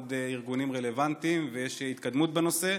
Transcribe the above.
ועוד ארגונים רלוונטיים ויש התקדמות בנושא,